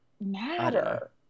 matter